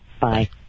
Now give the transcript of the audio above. Bye